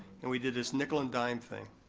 and we did this nickel and dime thing.